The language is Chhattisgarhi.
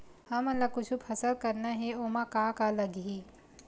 हमन ला कुछु फसल करना हे ओमा का का लगही?